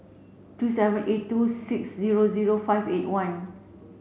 two seven eight two six zero zero five eight one